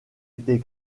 été